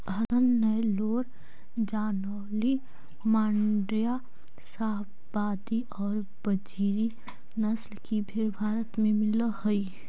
हसन, नैल्लोर, जालौनी, माण्ड्या, शाहवादी और बजीरी नस्ल की भेंड़ भारत में मिलअ हई